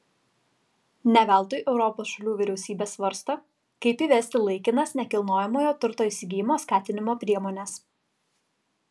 ne veltui europos šalių vyriausybės svarsto kaip įvesti laikinas nekilnojamojo turto įsigijimo skatinimo priemones